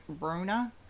Rona